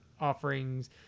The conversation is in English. offerings